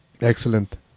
Excellent